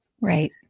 right